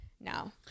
no